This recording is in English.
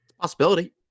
Possibility